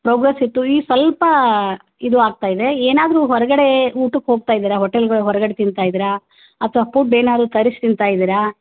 progress ಇತ್ತು ಈಗ ಸ್ವಲ್ಪ ಇದು ಆಗ್ತಾ ಇದೆ ಏನಾದರೂ ಹೊರಗಡೆ ಊಟಕ್ಕೆ ಹೋಗ್ತಾಯಿದ್ದೀರ ಹೋಟೆಲ್ ಹೊರಗಡೆ ತಿಂತಾ ಇದ್ದೀರಾ ಅಥವಾ ಪುಡ್ ಏನಾದರೂ ತರಿಸಿ ತಿಂತಾ ಇದ್ದೀರಾ